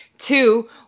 Two